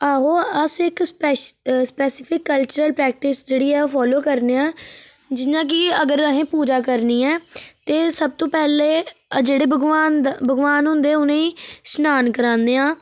आहो अस्स इक्क एह् स्पैसिफिक कल्चरल प्रैक्टिक्स जेेह्ड़ी ऐ फॉलो करने आं जियां कि अगर अहें पूजा करनी ऐ ते सब तूं पैहले एह् जेह्ड़ी भगवान दा भगवान हुंदे उ'नेंगी स्नान कराने आं